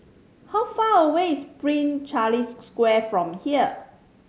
how far away is Prince Charles Square from here